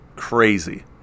Crazy